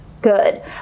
good